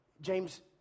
James